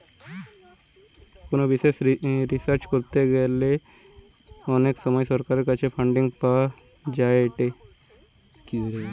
কোনো বিষয় রিসার্চ করতে গ্যালে অনেক সময় সরকার থেকে ফান্ডিং পাওয়া যায়েটে